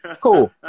cool